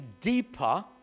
deeper